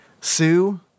Sue